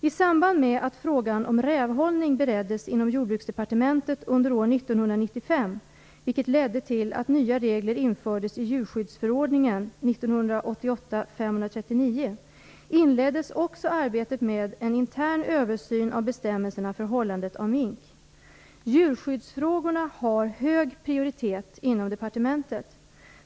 I samband med att frågan om rävhållning bereddes inom Jordbruksdepartementet under år 1995, vilket ledde till att nya regler infördes i djurskyddsförordningen , inleddes också arbetet med en intern översyn av bestämmelserna för hållandet av mink. Djurskyddsfrågorna har hög prioritet inom departementet.